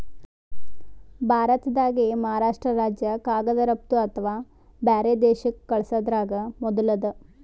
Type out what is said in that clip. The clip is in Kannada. ಭಾರತ್ದಾಗೆ ಮಹಾರಾಷ್ರ್ಟ ರಾಜ್ಯ ಕಾಗದ್ ರಫ್ತು ಅಥವಾ ಬ್ಯಾರೆ ದೇಶಕ್ಕ್ ಕಲ್ಸದ್ರಾಗ್ ಮೊದುಲ್ ಅದ